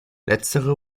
letztere